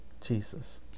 Jesus